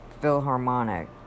Philharmonic